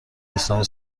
اسلامی